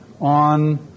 on